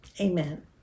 amen